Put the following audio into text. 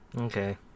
Okay